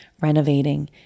renovating